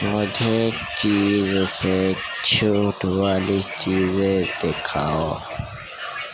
مجھے چیز سے چھوٹ والی چیزیں دکھاؤ